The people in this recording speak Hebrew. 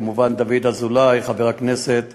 וכמובן לחבר הכנסת